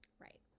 Right